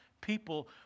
people